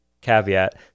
caveat